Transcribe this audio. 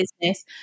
business